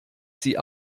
sie